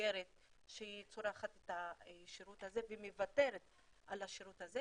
המבוגרת כשהיא צורכת את השירות הזה והיא מוותרת על השירות הזה.